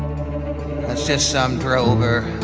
ah just some drover